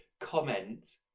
comment